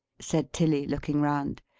said tilly, looking round.